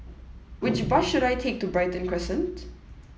which bus should I take to Brighton Crescent